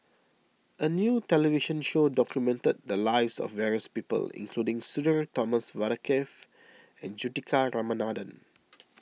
a new television show documented the lives of various people including Sudhir Thomas Vadaketh and Juthika Ramanathan